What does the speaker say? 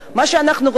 מה שאנחנו רוצים,